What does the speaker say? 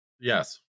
Yes